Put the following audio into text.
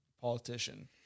politician